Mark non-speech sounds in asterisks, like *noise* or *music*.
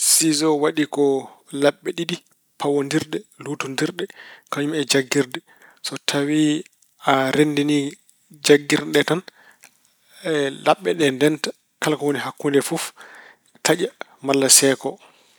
Sijoo waɗi ko laɓɓe ɗiɗi pawondirɗe, luutondirɗe kañum e jaggirde. So tawi aɗa renndini jaggirɗe ɗe tan, *hesitation* laɓɓe ɗe ndennda. Kala ko woni e hakkunde e fof taƴa malla seeko.